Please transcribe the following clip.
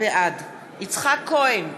בעד יצחק כהן,